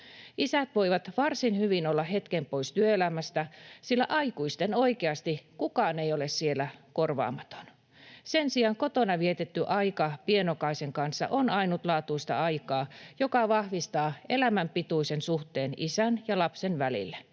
Isät voivat varsin hyvin olla hetken pois työelämästä, sillä aikuisten oikeasti kukaan ei ole siellä korvaamaton. Sen sijaan kotona vietetty aika pienokaisen kanssa on ainutlaatuista aikaa, joka vahvistaa elämän pituisen suhteen isän ja lapsen välille.